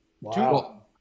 Wow